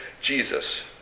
Jesus